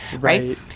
Right